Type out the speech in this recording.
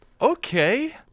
Okay